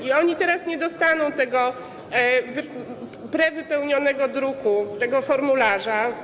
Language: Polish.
I oni teraz nie dostaną tego prewypełnionego druku, tego formularza.